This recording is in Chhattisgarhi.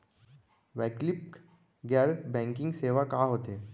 वैकल्पिक गैर बैंकिंग सेवा का होथे?